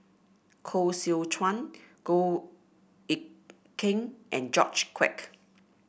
Koh Seow Chuan Goh Eck Kheng and George Quek